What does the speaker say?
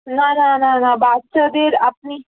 না না না না বাচ্চাদের আপনি